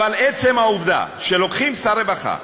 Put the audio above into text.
אבל עצם העובדה שלוקחים שר רווחה,